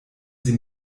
sie